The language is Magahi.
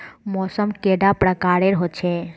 मौसम कैडा प्रकारेर होचे?